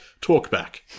Talkback